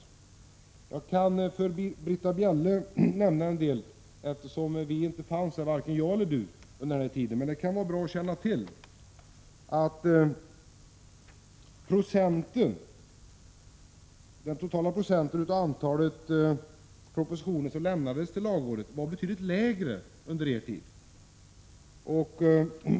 Eftersom varken Britta Bjelle eller jag fanns i riksdagen under den borgerliga tiden kan det vara bra för oss att känna till att den procentuella andelen till lagrådet lämnade propositioner var betydligt lägre under den borgerliga tiden.